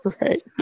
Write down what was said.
Right